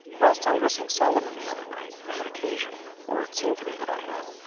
whilst undressing solomon the other night i had occasion, or it seemed to me that i had,